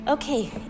Okay